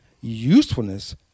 Usefulness